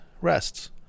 rests